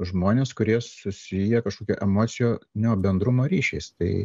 žmonės kurie susiję kažkokia emocinio bendrumo ryšiais tai